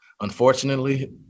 unfortunately